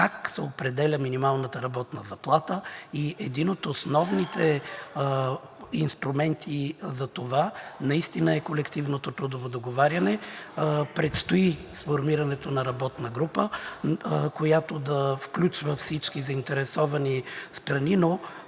как се определя минималната работна заплата и един от основните инструменти за това наистина е колективното трудово договоряне. Предстои сформирането на работна група, която да включва всички заинтересовани страни,